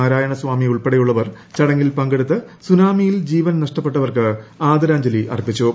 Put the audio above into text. നാരായണസ്വാമി ഉൾപ്പെടെയുള്ളവർ ചടങ്ങിൽ പങ്കെടുത്ത് സുനാമിയിൽ ജീവൻ നഷ്ടപ്പെട്ടവർക്ക് ആദരാജ്ഞലി അർപ്പിച്ചു